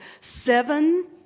seven